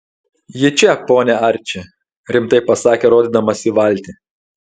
ji čia pone arči rimtai pasakė rodydamas į valtį